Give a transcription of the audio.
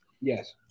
Yes